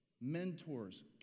mentors